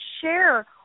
share